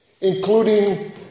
including